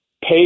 pay